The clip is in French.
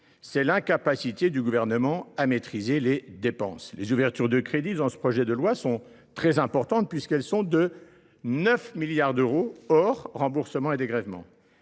c’est l’incapacité du Gouvernement à maîtriser les dépenses. Les ouvertures de crédits, dans ce projet de loi, sont très importantes, puisqu’elles sont de 9 milliards d’euros hors remboursements et dégrèvements.